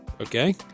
okay